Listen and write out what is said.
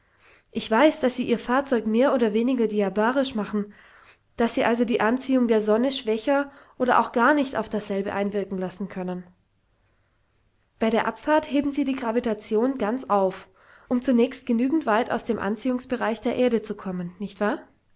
ich weiß daß sie ihr fahrzeug mehr oder weniger diabarisch machen daß sie also die anziehung der sonne schwächer oder auch gar nicht auf dasselbe einwirken lassen können bei der abfahrt heben sie die gravitation ganz auf um zunächst genügend weit aus dem anziehungsbereich der erde zu kommen nicht wahr